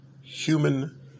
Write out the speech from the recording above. human